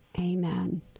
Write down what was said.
amen